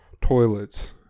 toilets